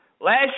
Last